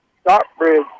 Stockbridge